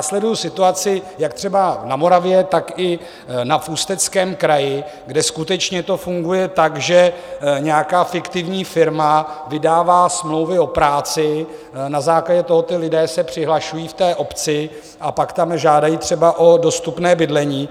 Sleduju situaci jak třeba na Moravě, tak i v Ústeckém kraji, kde skutečně to funguje tak, že nějaká fiktivní firma vydává smlouvu o práci, na základě toho ti lidé se přihlašují v té obci a pak tam žádají třeba o dostupné bydlení.